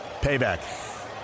Payback